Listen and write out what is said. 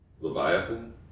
leviathan